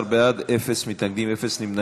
ובכן, 13 בעד, אין מתנגדים, אין נמנעים.